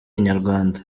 inyarwanda